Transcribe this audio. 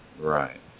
right